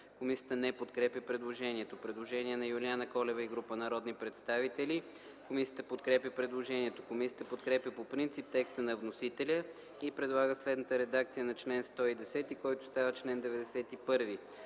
Комисията не подкрепя предложението. Предложение на народния представител Юлиана Колева и група народни представители. Комисията подкрепя предложението. Комисията подкрепя по принцип текста на вносителя и предлага следната редакция на чл. 110, който става чл. 91: